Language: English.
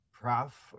prof